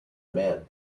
man